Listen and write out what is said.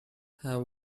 have